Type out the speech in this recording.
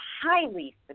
highly